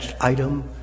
item